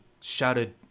shouted